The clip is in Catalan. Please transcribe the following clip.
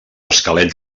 esquelets